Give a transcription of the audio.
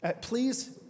please